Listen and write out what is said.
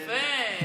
יפה.